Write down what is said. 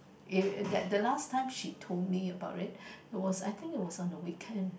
that the last time she told me about it it was I think it was on the weekend